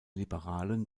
liberalen